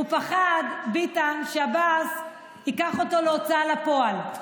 הוא פחד, ביטן, שעבאס ייקח אותו להוצאה לפועל.